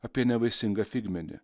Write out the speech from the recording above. apie nevaisingą figmedį